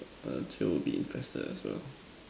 err be infested as well